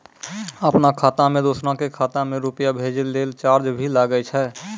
आपनों खाता सें दोसरो के खाता मे रुपैया भेजै लेल चार्ज भी लागै छै?